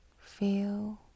Feel